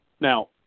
Now